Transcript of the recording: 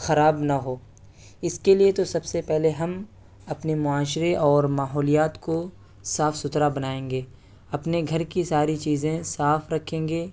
خراب نہ ہو اس کے لیے تو سب سے پہلے ہم اپنے معاشرے اور ماحولیات کو صاف ستھرا بنائیں گے اپنے گھر کی ساری چیزیں صاف رکھیں گے